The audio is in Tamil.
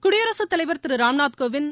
குடியரசுத் தலைவர் திரு ராம்நாத் கோவிந்த்